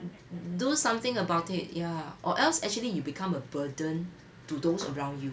d~ do something about it ya or else actually you become a burden to those around you